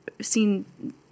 seen